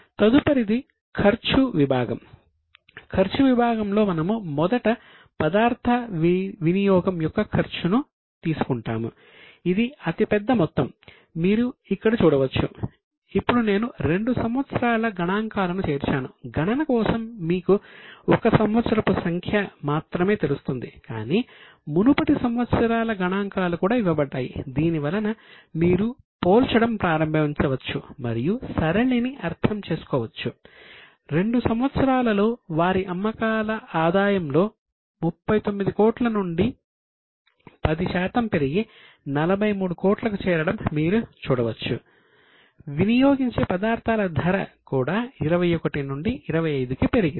తదుపరిది ఖర్చు విభాగం కూడా 21 నుండి 25 కి పెరిగింది